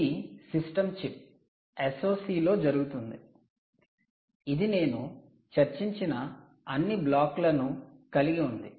ఇది system chip SOC లో జరుగుతుంది ఇది నేను చర్చించిన అన్ని బ్లాక్లను కలిగి ఉంది